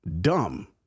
dumb